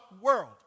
world